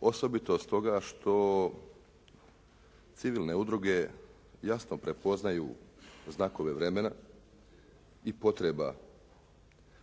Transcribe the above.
Osobito stoga što civilne udruge jasno prepoznaju znakove vremena i potreba